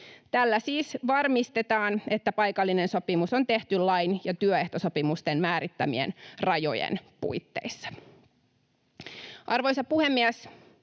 Tällä siis varmistetaan, että paikallinen sopimus on tehty lain ja työehtosopimusten määrittämien rajojen puitteissa. Arvoisa puhemies!